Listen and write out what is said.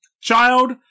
child